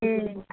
ए